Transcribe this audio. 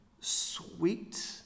sweet